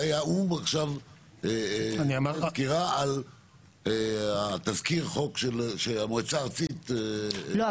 הוא עכשיו נותן סקירה על תזכיר חוק שהמועצה הארצית --- לא,